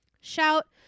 Shout